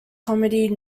comedy